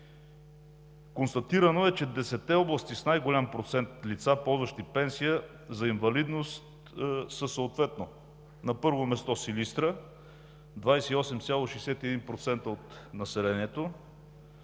Констатирано е, че десетте области с най-голям процент лица, ползващи пенсия за инвалидност, са съответно: на първо място Силистра – 28,61% от населението;